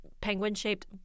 penguin-shaped